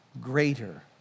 greater